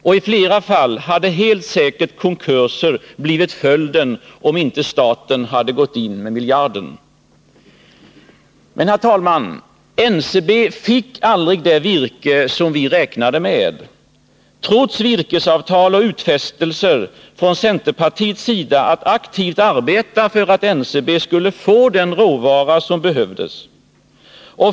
I flera fall hade helt säkert konkurser blivit följden om inte staten hade gått in med miljarden. Men, herr talman, NCB fick aldrig det virke som vi räknade med — trots virkesavtal och utfästelser från centerpartiets sida att aktivt arbeta för att NCEB skulle få den råvara som behövdes.